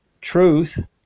truth